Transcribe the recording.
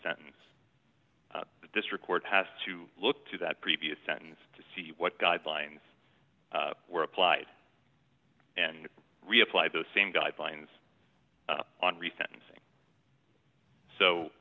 sentence the district court has to look to that previous sentence to see what guidelines were applied and reapply those same guidelines on